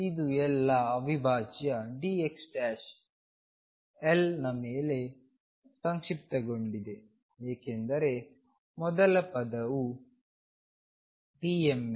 ಇದು ಎಲ್ಲಾ ಅವಿಭಾಜ್ಯ dx l ನ ಮೇಲೆ ಸಂಕ್ಷಿಪ್ತಗೊಂಡಿದೆ ಏಕೆಂದರೆ ಮೊದಲ ಪದವು pml ಮತ್ತು ಇದು pln